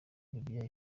libye